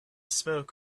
smoke